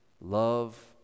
love